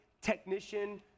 technician